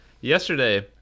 yesterday